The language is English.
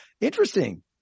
interesting